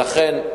לכן,